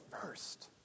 first